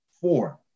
four